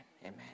Amen